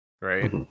right